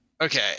Okay